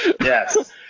Yes